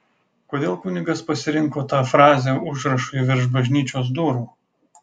kodėl kunigas pasirinko tą frazę užrašui virš bažnyčios durų